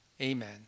amen